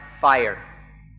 fire